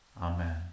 Amen